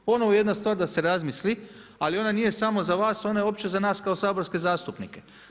Ono jedna stvar da se razmisli, ali ona nije samo za vas, ona je opće za nas kao saborske zastupnike.